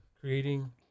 creating